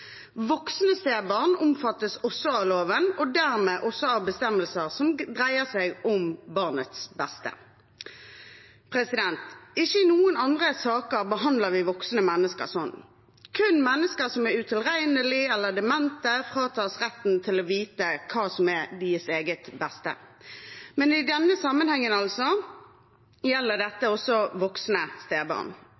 Voksne stebarn omfattes også av loven og dermed også av bestemmelser som dreier seg om barnets beste. Ikke i noen andre saker behandler vi voksne mennesker sånn. Kun mennesker som er utilregnelige eller demente fratas retten til å vite hva som er deres eget beste. Men i denne sammenhengen gjelder dette